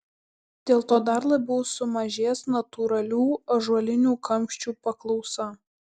dėl to dar labiau sumažės natūralių ąžuolinių kamščių paklausa